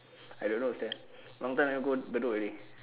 I don't know sia long time never go bedok already